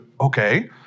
okay